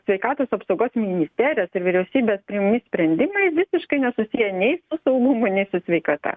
sveikatos apsaugos ministerijos ir vyriausybės priimami sprendimai visiškai nesusiję nei su saugumu nei su sveikata